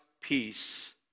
peace